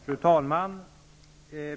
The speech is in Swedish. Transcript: Fru talman!